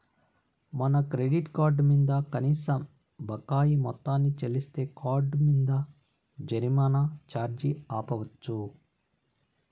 మన credit card మింద కనీస బకాయి మొత్తాన్ని చెల్లిస్తే కార్డ్ మింద జరిమానా ఛార్జీ ఆపచ్చు